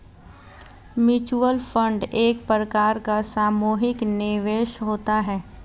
mutual fund एक प्रकार का सामुहिक निवेश होता है